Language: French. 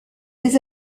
des